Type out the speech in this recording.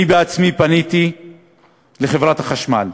אני בעצמי פניתי בעניינה לחברת החשמל.